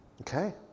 okay